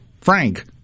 Frank